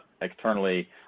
externally